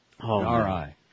R-I